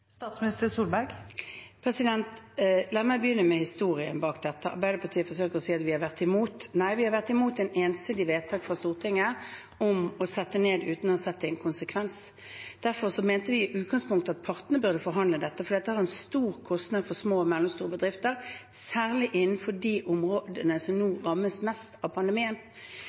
La meg begynne med historien bak dette. Arbeiderpartiet forsøker å si at vi har vært imot. Nei, vi har vært imot et ensidig vedtak fra Stortinget om å sette ned uten å ha sett på konsekvensene. Derfor mente vi i utgangspunktet at partene burde forhandle om dette, for dette har en stor kostnad for små og mellomstore bedrifter, særlig innenfor de områdene som nå rammes mest av pandemien.